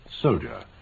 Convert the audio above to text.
Soldier